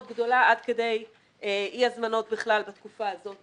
גדולה עד כדי אי הזמנות בכלל בתקופה הזאת